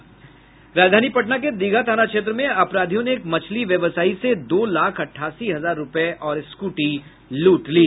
राजधानी पटना के दीघा थाना क्षेत्र में अपराधियों ने एक मछली व्यवसायी से दो लाख अठासी हजार रूपये और स्कूटी लूट ली